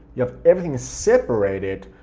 you have everything separated,